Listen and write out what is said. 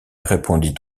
répondit